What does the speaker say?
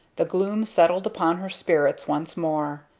the gloom settled upon her spirits once more.